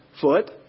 foot